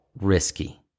risky